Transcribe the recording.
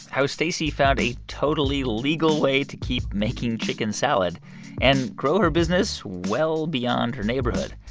how stacy found a totally legal way to keep making chicken salad and grow her business well beyond her neighborhood.